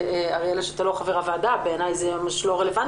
אריאלה מציינת שאתה לא חבר הוועדה ובעיניי זה לא רלוונטי.